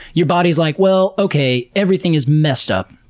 your body is like, well, okay everything is messed up.